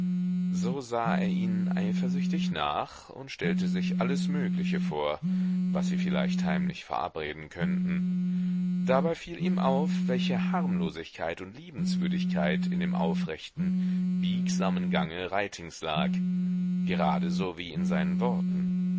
so sah er ihnen eifersüchtig nach und stellte sich alles mögliche vor was sie vielleicht heimlich verabreden könnten dabei fiel ihm auf welche harmlosigkeit und liebenswürdigkeit in dem aufrechten biegsamen gange reitings lag gerade so wie in seinen worten